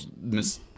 Miss